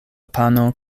pano